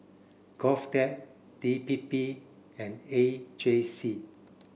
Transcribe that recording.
GOVTECH D P P and A J C